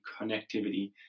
connectivity